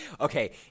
Okay